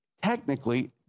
technically